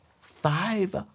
five